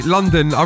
London